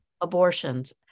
abortions